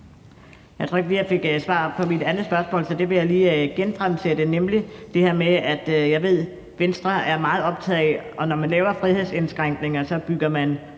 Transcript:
Jeg tror ikke, at jeg fik svar på mit andet spørgsmål, så det vil jeg lige genfremsætte, nemlig det her med, at jeg ved, at Venstre er meget optaget af, at når man laver frihedsindskrænkninger, så bygger man